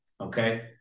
Okay